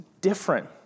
different